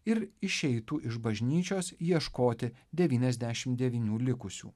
ir išeitų iš bažnyčios ieškoti devyniasdešimt devynių likusių